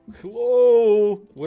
Hello